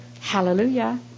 Hallelujah